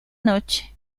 noche